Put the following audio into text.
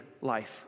life